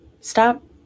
stop